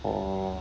oh